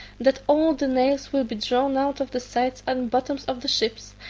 that all the nails will be drawn out of the sides and bottoms of the ships,